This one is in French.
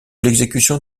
l’exécution